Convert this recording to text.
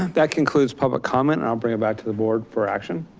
that concludes public comment. i'll bring it back to the board for action.